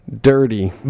Dirty